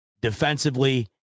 defensively